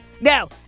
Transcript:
Now